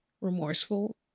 remorseful